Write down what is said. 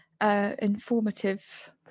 informative